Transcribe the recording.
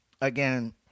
Again